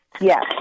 yes